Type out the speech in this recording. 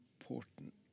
important